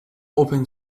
open